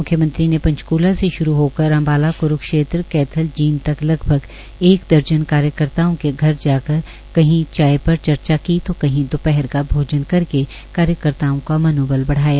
मुख्यमंत्री ने पंचक्ला से श्रू हो कर अम्बाला क्रूक्षेत्र कैथल जींद तक लगभग एक दर्जन कार्यकर्ताओं के घर जाकर कही चाय पर चर्चा की तो कही दोपहर का भोजन करके कार्यकर्ताओं का मनोबल बढाया